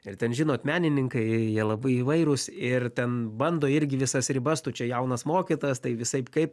ir ten žinot menininkai jie labai įvairūs ir ten bando irgi visas ribas tu čia jaunas mokytojas tai visaip kaip